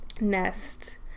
nest